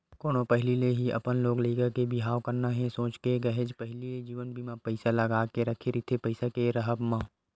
कोनो पहिली ले ही अपन लोग लइका के बिहाव करना हे सोच के काहेच पहिली ले जीवन बीमा म पइसा लगा के रखे रहिथे पइसा के राहब म